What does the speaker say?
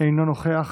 אינו נוכח,